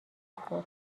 خورد